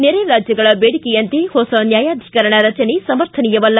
ನೆರೆ ರಾಜ್ಯಗಳ ಬೇಡಿಕೆಯಂತೆ ಹೊಸ ನ್ಯಾಯಾಧೀಕರಣ ರಚನೆ ಸಮರ್ಥನೀಯವಲ್ಲ